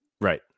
right